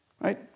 Right